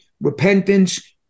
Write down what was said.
repentance